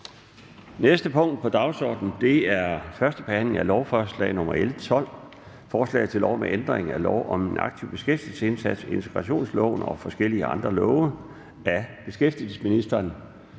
næste punkt på dagsordenen er: 8) 1. behandling af lovforslag nr. L 12: Forslag til lov om ændring af lov om en aktiv beskæftigelsesindsats, integrationsloven og forskellige andre love. (Arbejdspligt for borgere,